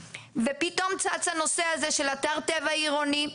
ופתאום צץ הנושא הזה של אתר טבע עירוני,